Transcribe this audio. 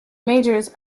majors